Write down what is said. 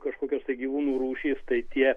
kažkokios tai gyvūnų rūšys tai tie